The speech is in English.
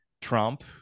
Trump